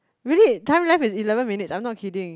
really time left is eleven minutes I'm not kidding